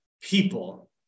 People